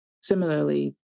similarly